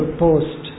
post